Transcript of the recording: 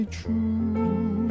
true